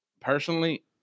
personally